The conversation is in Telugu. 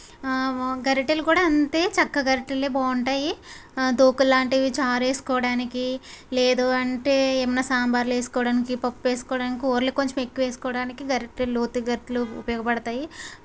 గరిటెలు కూడా అంతే చెక్క గరిటలే బాగుంటాయి దోకుల్లాంటివి చారు వేసుకోవడానికి లేదు అంటే ఏమన్నా సాంబార్లు వేసుకోవడానికి పప్పు వేసుకోవడానికి కూరలు కొంచెం ఎక్కువ వేసుకోవడానికి గరిటెలు లోతు గరిటెలు ఉపయోగపడతాయి